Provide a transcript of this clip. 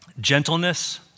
gentleness